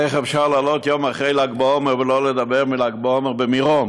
איך אפשר לעלות יום אחרי ל"ג בעומר ולא לדבר על ל"ג בעומר במירון?